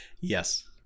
yes